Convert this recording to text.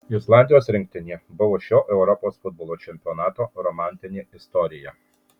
islandijos rinktinė buvo šio europos futbolo čempionato romantinė istorija